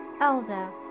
Elder